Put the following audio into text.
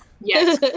Yes